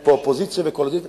אין פה קואליציה ואופוזיציה,